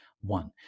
One